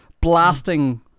blasting